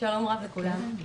שלום לכולם.